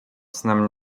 snem